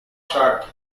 short